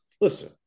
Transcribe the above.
listen